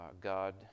God